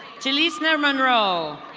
jalice nermanroe.